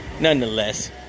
nonetheless